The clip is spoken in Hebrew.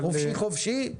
חופשי חופשי?